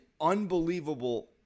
unbelievable